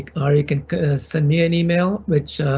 or you can send me an email which